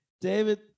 David